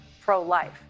pro-life